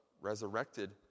resurrected